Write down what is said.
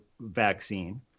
vaccine